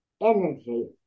energy